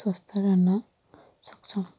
स्वस्थ्य रहन सक्छौँ